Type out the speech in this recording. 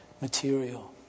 material